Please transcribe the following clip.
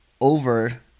over